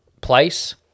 place